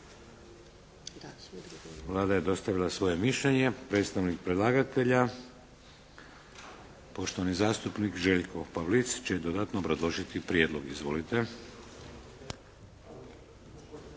Vlada je dostavila svoje mišljenje. Predstavnik predlagatelja poštovani zastupnik Željko Pavlic će dodatno obrazložiti prijedlog. Izvolite.